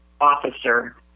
officer